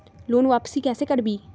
Loan वापसी कैसे करबी?